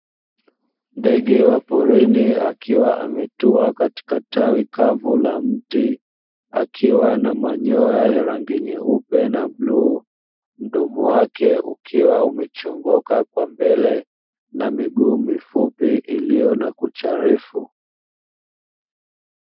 Ndege waporini akiwa ametua katika tawi kavu la mti, akiwa na manyoya ya rangi nyeupe na bluu, mdomo wake ukiwa umechongoka kwa mbele na miguu mifupi iliyo na kucha refu.